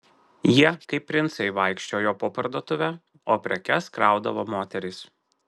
jie kaip princai vaikščiojo po parduotuvę o prekes kraudavo moterys